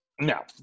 No